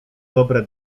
dobre